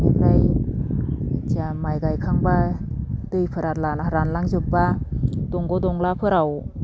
बेनिफ्राय जेथिया माइ गायखांबा दैफोरा रानलांजोबबा दंग' दंलाफोराव